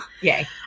Yay